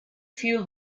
few